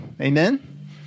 Amen